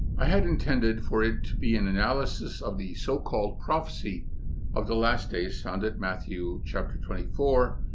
i had intended for it to be an analysis of the so-called prophecy of the last days found at matthew chapter twenty four,